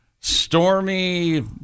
Stormy